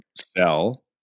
sell